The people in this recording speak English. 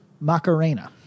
Macarena